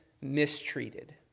mistreated